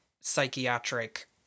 psychiatric